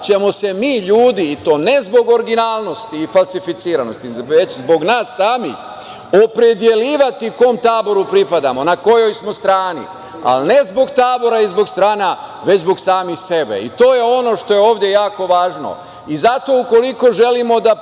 ćemo se mi ljudi, i to ne zbog originalnosti i falsificiranosti, već zbog nas samih, opredeljivati kom taboru pripadamo, na kojoj smo strani. Ali, ne zbog tabora i zbog strana već zbog samih sebe. To je ono što je ovde jako važno. Zato ukoliko želimo da pređemo